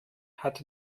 hat